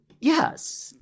Yes